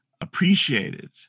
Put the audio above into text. appreciated